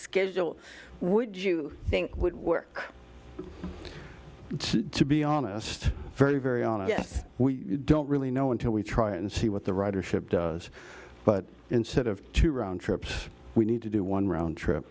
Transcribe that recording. schedule would you think would work to be honest very very on i guess we don't really know until we try and see what the writer ship does but instead of two round trips we need to do one round trip